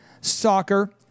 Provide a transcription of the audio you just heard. Soccer